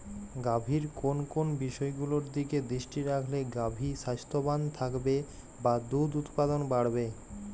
গাভীর কোন কোন বিষয়গুলোর দিকে দৃষ্টি রাখলে গাভী স্বাস্থ্যবান থাকবে বা দুধ উৎপাদন বাড়বে?